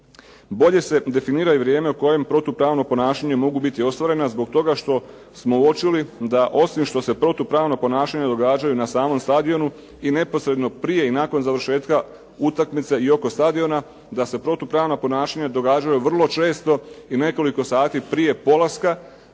Bolje se definira i vrijeme u kojem protupravno ponašanje mogu biti ostvarena zbog toga što smo uočili da osim što se protupravna ponašanja događaju na samom stadionu i neposredno prije i nakon završetka utakmice i oko stadiona da se protupravna ponašanja događaju vrlo često i nekoliko sati prije početka